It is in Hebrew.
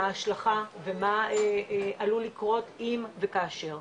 מה ההשלכה ומהעלול לקרות אם וכאשר.